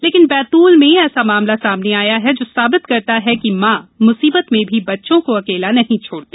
लेकिन बैतूल में ऐसा मामला सामने आया है जो साबित करता है कि मां मुसीबत में भी बच्चों को अकेला नहीं छोड़ती